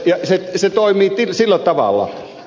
ja se toimii tällä tavalla